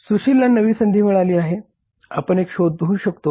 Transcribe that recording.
सुशीलला नवी संधी मिळाली आहे आपण एक शोधू शकतो का